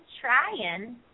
trying